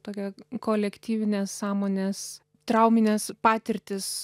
tokia kolektyvinės sąmonės traumines patirtis